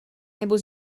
nebo